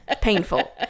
painful